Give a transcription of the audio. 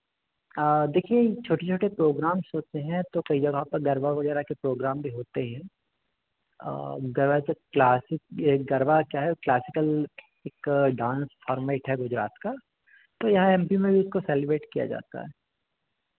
देखिए यह छोटे छोटे प्रोग्राम्स होते हैं तो कई जगह पर गरबा वगैरह के प्रोग्राम भी होते हैं गरबा तो क्लासिक यह गरबा क्या है क्लासिकल एक डांस फॉर्मेट है गुजरात का तो यहाँ एम पी में भी उसको सेलिब्रेट किया जाता है